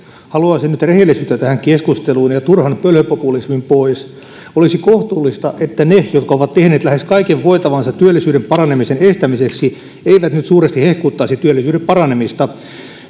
haluaisin nyt rehellisyyttä tähän keskusteluun ja turhan pölhöpopulismin pois olisi kohtuullista että ne jotka ovat tehneet lähes kaiken voitavansa työllisyyden paranemisen estämiseksi eivät nyt suuresti hehkuttaisi työllisyyden paranemista